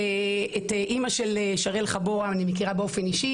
את אימא של שיראל חבורה אני מכירה באופן אישי.